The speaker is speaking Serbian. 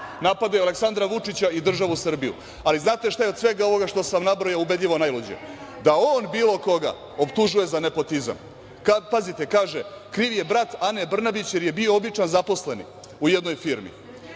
napadaju Aleksandra Vučića i državu Srbiju. Znate šta je od svega ovoga što sam vam nabrojao ubedljivo najluđe? Da on bilo koga optužuje za nepotizam. Pazite, kaže – kriv je brat Ane Brnabić jer je bio običan zaposleni u jednoj firmi,